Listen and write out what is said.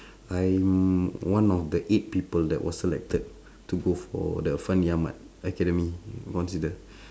I'm one of the eight people that was selected to go for the fandi-ahmad academy considered